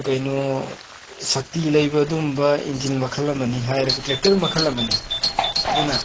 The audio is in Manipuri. ꯀꯩꯅꯣ ꯁꯛꯇꯤ ꯂꯩꯕ ꯑꯗꯨꯒꯨꯝꯕ ꯏꯟꯖꯤꯟ ꯃꯈꯜ ꯑꯃꯅꯤ ꯍꯥꯏꯔꯒ ꯇ꯭ꯔꯦꯛꯇꯔ ꯃꯈꯜ ꯑꯃꯅꯤ ꯑꯗꯨꯅ